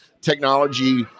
technology